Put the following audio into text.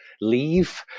leave